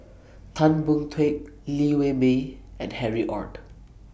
Tan Boon Teik Liew Wee Mee and Harry ORD